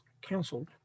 canceled